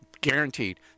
guaranteed